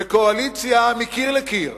בקואליציה מקיר לקיר,